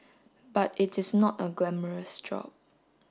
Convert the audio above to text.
but it is not a glamorous job